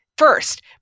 first